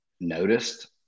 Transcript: noticed